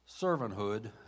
servanthood